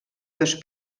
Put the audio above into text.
dos